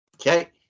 Okay